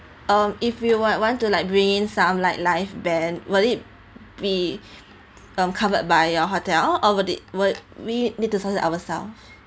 um if we want want to like bring in some light live band will it be um covered by your hotel or would it would we need to ourself